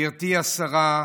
גברתי השרה,